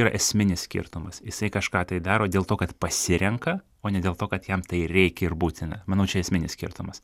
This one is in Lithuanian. yra esminis skirtumas jisai kažką tai daro dėl to kad pasirenka o ne dėl to kad jam tai reikia ir būtina manau čia esminis skirtumas